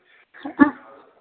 ആ